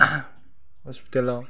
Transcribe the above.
हस्पिटालाव